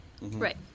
Right